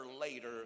later